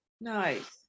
nice